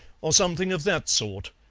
or something of that sort.